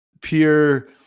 Pure